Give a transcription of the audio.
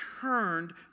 turned